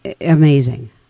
amazing